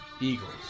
Eagles